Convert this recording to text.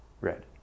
Red